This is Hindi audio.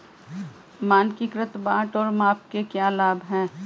मानकीकृत बाट और माप के क्या लाभ हैं?